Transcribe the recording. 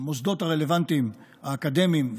המוסדות הרלוונטיים האקדמיים,